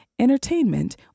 Entertainment